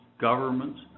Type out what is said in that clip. governments